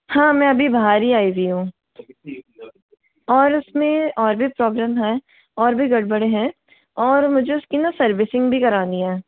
हाँ मैं अभी बाहर ही आई हुई हूँ और उसमें और भी प्रॉब्लम हैं और भी गड़बड़ हैं और मुझे उसकी न सर्विसिंग भी करानी है